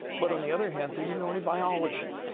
but on the other hand, they didn't know any biology.